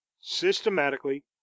systematically